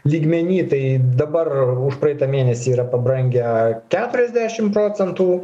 lygmeny tai dabar už praeitą mėnesį yra pabrangę keturiasdešim procentų